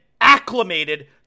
acclimated